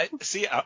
See